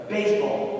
Baseball